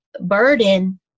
burden